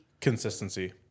Consistency